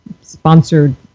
sponsored